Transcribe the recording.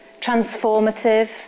transformative